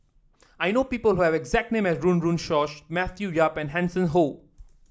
I know people who have a exact name as Run Run Shaw Matthew Yap and Hanson Ho